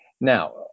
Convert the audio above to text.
Now